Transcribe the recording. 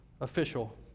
official